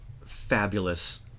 fabulous